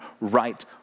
right